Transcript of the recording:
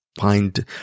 find